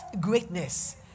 greatness